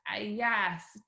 yes